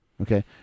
okay